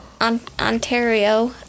Ontario